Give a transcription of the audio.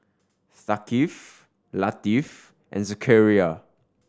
Thaqif Latif and Zakaria